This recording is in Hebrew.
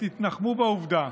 ותתנחמו בעובדה